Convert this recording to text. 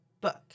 book